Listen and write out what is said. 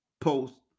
post